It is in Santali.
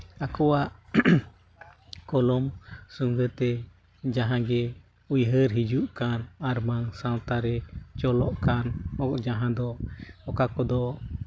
ᱟᱠᱚᱣᱟᱜ ᱠᱚᱞᱚᱢ ᱥᱚᱸᱜᱮᱛᱮ ᱡᱟᱦᱟᱸᱜᱮ ᱩᱭᱦᱟᱹᱨ ᱦᱤᱡᱩᱜ ᱠᱟᱱ ᱟᱨᱵᱟᱝ ᱥᱟᱶᱛᱟᱨᱮ ᱪᱚᱞᱚᱜ ᱠᱟᱱ ᱟᱵᱚᱣᱟᱜ ᱡᱟᱦᱟᱸ ᱫᱚ ᱚᱠᱟ ᱠᱚᱫᱚ